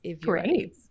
Great